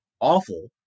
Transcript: awful